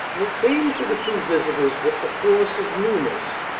and it came to the two visitors with the force of newness.